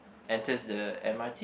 enters the m_r_t